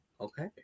okay